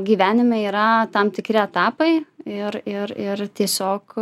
gyvenime yra tam tikri etapai ir ir ir tiesiog